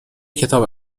کتاب